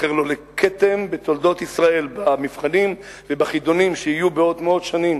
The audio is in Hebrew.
שייזכר לו לכתם בתולדות ישראל במבחנים ובחידונים שיהיו בעוד מאות שנים.